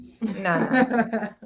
No